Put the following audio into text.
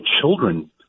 children